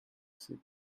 exit